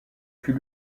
fut